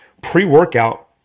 pre-workout